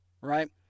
Right